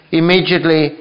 immediately